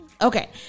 Okay